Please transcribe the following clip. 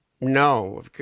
No